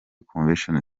convention